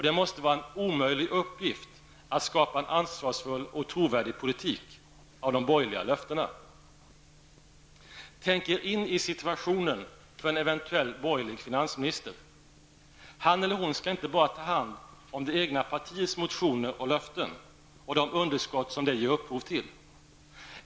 Det måste vara en omöjlig uppgift att skapa en ansvarsfull och trovärdig politik av de borgerliga löftena. Tänk er in i situationen för en eventuell borgerlig finansminister. Han eller hon skall inte bara ta hand om det egna partiets motioner och löften och det underskott som det ger upphov till.